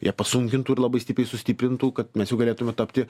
jie pasunkintų ir labai stipriai sustiprintų kad mes jau galėtumėme tapti